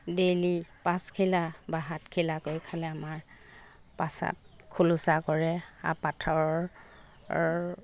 daily পাঁচখিলা বা সাতখিলাকৈ খালে আমাৰ প্ৰস্ৰাৱ খোলোচা কৰে আৰু পাথৰ